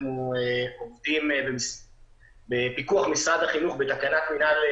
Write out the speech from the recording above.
עובדים בפיקוח משרד החינוך בתקנת מנהל,